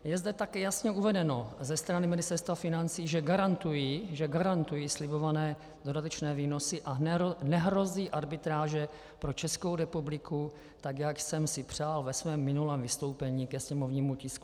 Je zde také jasně uvedeno ze strany Ministerstva financí, že garantují že garantují slibované dodatečné výnosy a nehrozí arbitráže pro Českou republiku tak, jak jsem si přál ve svém minulém vystoupení ke sněmovnímu tisku 437.